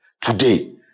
today